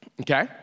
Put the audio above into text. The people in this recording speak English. Okay